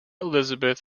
elizabeth